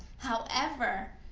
however,